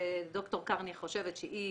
ד"ר קרני חושבת שהיא,